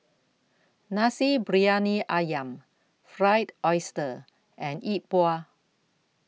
Nasi Briyani Ayam Fried Oyster and Yi Bua